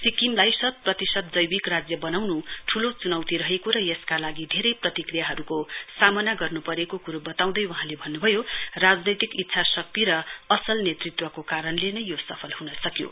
सिक्किमलाई शतप्रतिशत जैविक राज्य बनाउनु ठूलो चुनौती रहेको र यसका लागि धेरै प्रतिक्रियाहरूको सामना गर्नु परेको कुरो बताँउदै वहाँले भन्नुभयो राजनैतिक इच्छा शक्ति र असल नेतृत्वको कारणको नै यो सफल हुन सक्यो